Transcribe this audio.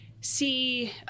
see